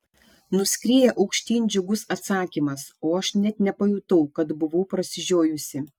nuskrieja aukštyn džiugus atsakymas o aš net nepajutau kad buvau prasižiojusi